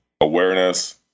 awareness